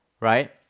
right